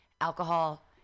alcohol